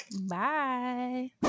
Bye